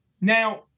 Now